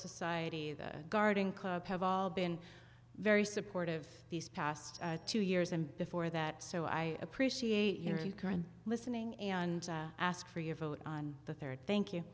society the garden club have all been very supportive these past two years and before that so i appreciate you listening and ask for your vote on the third thank you